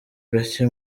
gake